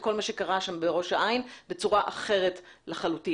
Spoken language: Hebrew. כל מה שקרה שם בראש העין בצורה אחרת לחלוטין.